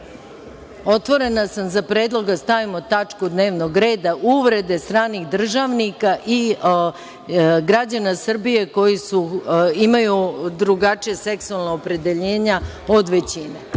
radimo. Otvorena sam za predlog da stavimo tačku dnevnog reda – uvrede stranih državnika i građana Srbije koji imaju drugačije seksualno opredeljenje od većine,